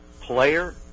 player